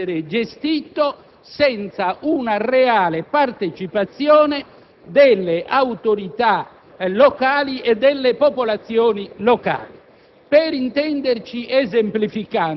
l'attenzione del Senato, in particolare dei colleghi della maggioranza, sulla questione or ora risollevata dal collega Matteoli.